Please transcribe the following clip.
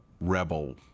rebel